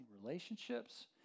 relationships